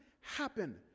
happen